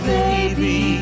baby